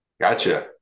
Gotcha